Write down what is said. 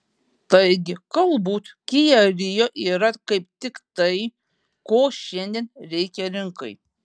taigi galbūt kia rio yra kaip tik tai ko šiandien reikia rinkai